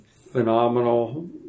phenomenal